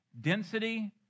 Density